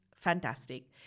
fantastic